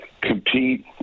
compete